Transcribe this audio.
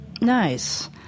Nice